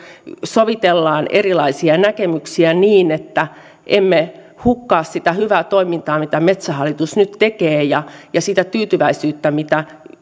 sovitellaan erilaisia näkemyksiä niin että emme hukkaa sitä hyvää toimintaa mitä metsähallitus nyt tekee ja ja sitä tyytyväisyyttä mitä